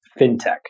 fintech